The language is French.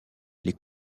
les